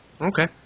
Okay